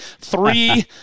three